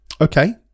okay